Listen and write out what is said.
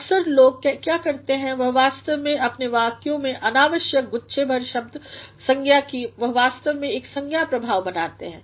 अक्सर लोग क्या करते हैं वह वास्तव में अपने वाक्यों में अनावश्यक गुच्छे भर देते हैंसंज्ञा की वह वास्तव में एक संज्ञा प्रभाव बनाते हैं